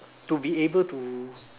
to be able to